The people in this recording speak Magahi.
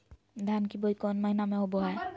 धान की बोई कौन महीना में होबो हाय?